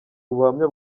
ubuhamya